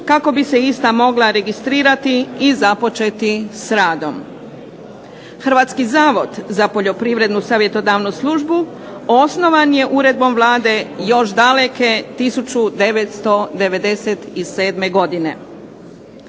kako bi se ista mogla registrirati i započeti s radom. Hrvatski zavod za Poljoprivrednu savjetodavnu službu osnovan je uredbom Vlade još daleke 1997. godine.